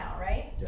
right